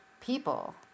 people